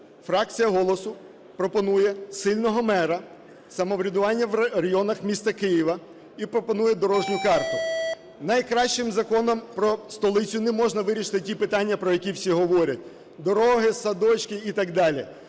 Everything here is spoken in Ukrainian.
фракція "Голосу" пропонує сильного мера, самоврядування в районах міста Києва і пропонує дорожню карту. Найкращим законом про столицю не можна вирішити ті питання, про які всі говорять: дороги, садочки і так далі.